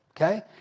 okay